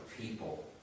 people